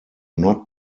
not